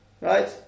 right